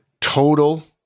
total